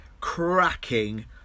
cracking